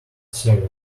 server